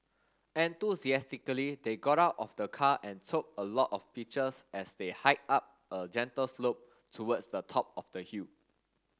enthusiastically they got out of the car and took a lot of pictures as they hiked up a gentle slope towards the top of the hill